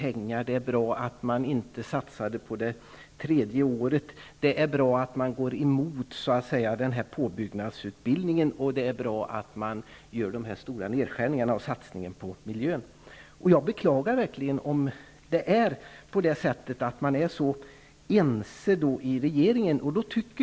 Det innebär att hon tycker att det är bra att man inte satsade på det tredje året i gymnasieskolan, att det är bra att man går emot påbyggnadsutbildningen och att det är bra att man gör stora nedskärningar i satsningarna på miljön. Jag beklagar verkligen om man är så ense i regeringen.